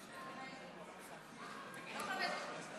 אדוני היושב-ראש,